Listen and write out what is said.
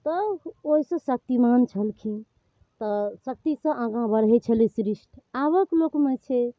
तऽ ओहि सऽ शक्तिमान छलखिन तऽ शक्ति सऽ आगाँ बढ़ै छलै सृष्टि आबक लोकमे छै